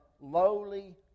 lowly